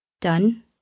Done